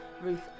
ruth